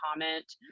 comment